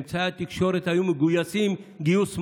אמצעי התקשורת היו מגויסים גיוס מלא.